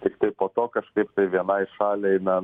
tiktai po to kažkaip vienai šaliai na